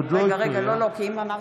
עוד לא הקריאה.